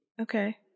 okay